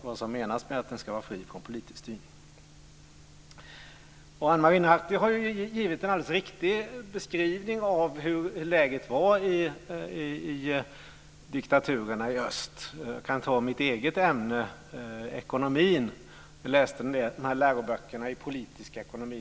Vad menas med att forskningen ska vara fri från politisk styrning? Ana Maria Narti har givit en alldeles riktig beskrivning av hur läget var i diktaturerna i öst. Jag kan ta mitt eget ämne ekonomi. Jag har läst en del läroböcker i politisk ekonomi.